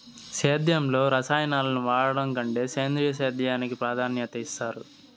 సేద్యంలో రసాయనాలను వాడడం కంటే సేంద్రియ సేద్యానికి ప్రాధాన్యత ఇస్తారు